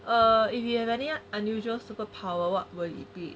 err if you have any unusual superpower what will it be